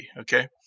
Okay